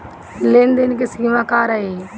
लेन देन के सिमा का रही?